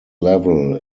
level